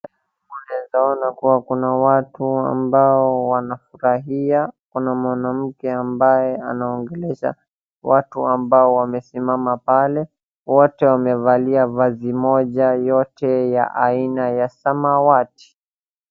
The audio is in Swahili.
Vile naona kuwa watu ambao wanafurahia, kuna mwanamke ambaye anaongelesha watu ambao wamesimama pale, wote wamevalia vazi moja yote ya aina ya samawati.